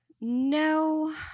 no